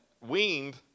weaned